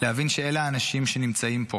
להבין שאלה האנשים שנמצאים פה.